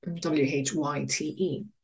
W-H-Y-T-E